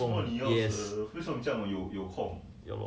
对 lor